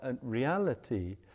reality